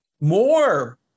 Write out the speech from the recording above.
More